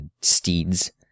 steeds